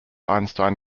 einstein